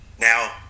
Now